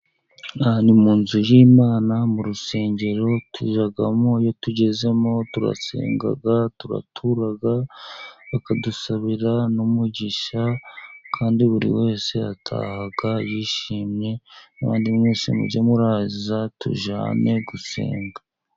Aha ni mu nzu y'Imana, mu rusengero tujyamo. Iyo tugezemo, turasenga, turatura, bakadusabira n'umugisha. Kandi buri wese ataha yishimye. N'abandi mwese, mujye muraza, tujye hamwe gusenga.